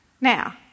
now